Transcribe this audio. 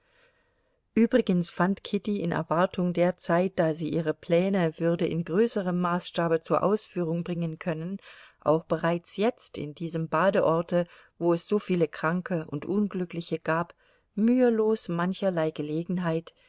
übrigens fand kitty in erwartung der zeit da sie ihre pläne würde in größerem maßstabe zur ausführung bringen können auch bereits jetzt in diesem badeorte wo es so viele kranke und unglückliche gab mühelos mancherlei gelegenheit